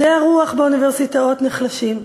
מדעי הרוח באוניברסיטאות נחלשים,